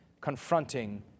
confronting